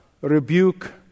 rebuke